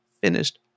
finished